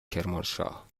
کرمانشاه